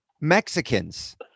Mexicans